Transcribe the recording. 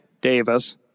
Davis